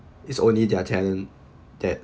it's only their talent that